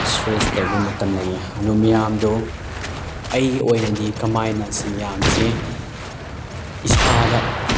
stress ꯂꯩꯕ ꯃꯇꯝ ꯂꯩꯌꯦ ꯑꯗꯣ ꯃꯤꯌꯥꯝꯗꯣ ꯑꯩꯒꯤ ꯑꯣꯏꯅꯗꯤ ꯀꯃꯥꯏꯅ ꯁꯤ ꯃꯌꯥꯝꯁꯦ ꯏꯁꯥꯗ